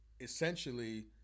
essentially